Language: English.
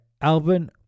Alvin